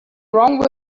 wrong